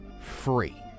free